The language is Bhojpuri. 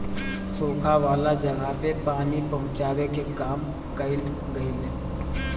सुखा वाला जगह पे पानी पहुचावे के काम कइल गइल